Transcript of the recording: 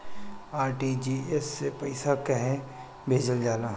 RTGS से पइसा कहे भेजल जाला?